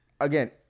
Again